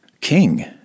King